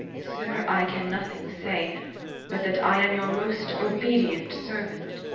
sir, i can nothing say but that i am your most obedient servant.